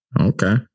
Okay